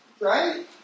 Right